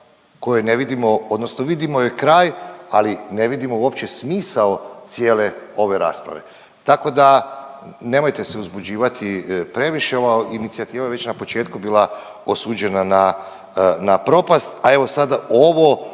kojoj ne vidimo odnosno vidimo joj kraj ali ne vidimo uopće smisao cijele ove rasprave. Tako da nemojte se uzbuđivati previše ova inicijativa je već na početku bila osuđena na, na propast, a evo sada ovo